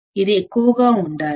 ఇది ఎక్కువగా ఉండాలి